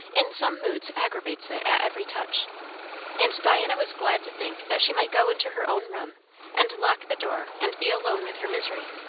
in some moods aggravates it at every touch and diana was glad to think that she might go into her own room and lock the door and be alone with her misery.